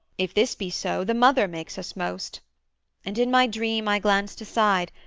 if this be so, the mother makes us most and in my dream i glanced aside,